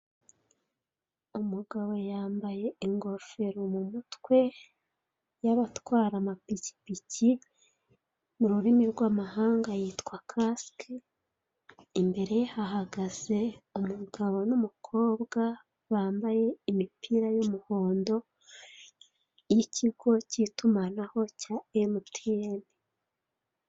Umugabo yambaye ingofero mu mutwe y'abatwara amapikipiki, mu rimi rw'amahanga yitwa "cask", imbere hahagaze umugabo n'umukobwa, bambaye imipira y'umuhondo y'ikigo cy'itumanaho cya MTN.